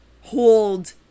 hold